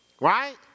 Right